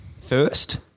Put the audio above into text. First